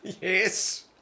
Yes